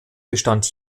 bestand